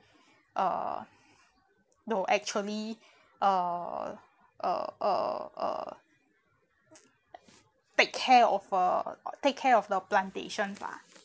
uh no actually uh uh uh uh take care of uh take care of the plantation lah